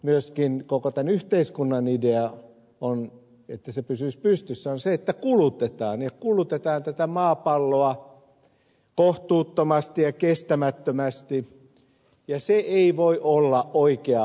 myöskin koko tämän yhteiskunnan ideana niin että se pysyisi pystyssä on se että kulutetaan kulutetaan tätä maapalloa kohtuuttomasti ja kestämättömästi ja se ei voi olla oikeaa politiikkaa